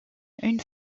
une